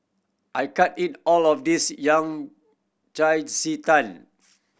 I can't eat all of this yang cai ji tang